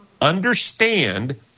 Understand